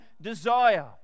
desire